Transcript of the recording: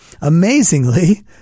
Amazingly